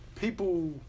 People